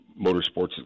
motorsports